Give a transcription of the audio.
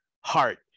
heart